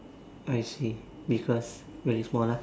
I see because very small ah